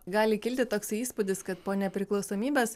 gali kilti toksai įspūdis kad po nepriklausomybės